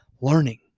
learning